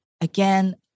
again